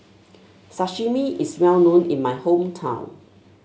sashimi is well known in my hometown